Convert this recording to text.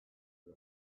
for